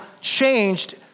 changed